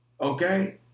okay